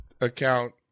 account